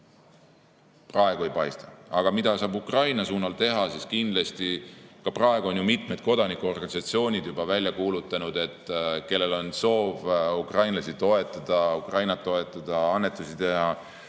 Venemaal ei paista. Aga mida saab Ukraina suunal teha? Kindlasti ka praegu on mitmed kodanikuorganisatsioonid juba välja kuulutanud, et kellel on soov ukrainlasi toetada, Ukrainat toetada, annetusi teha,